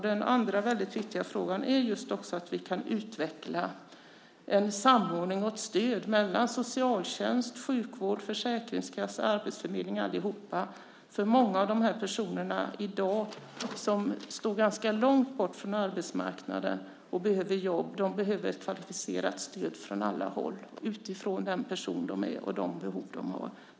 Den andra väldigt viktiga frågan handlar om att vi kan utveckla en samordning och ett stöd mellan socialtjänst, sjukvård, Försäkringskassan och arbetsförmedling tillsammans, därför att många av de personer som i dag står ganska långt bort från arbetsmarknaden och behöver jobb behöver ett kvalificerat stöd från alla håll utifrån den person de är och de behov de har.